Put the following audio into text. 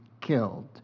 killed